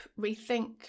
rethink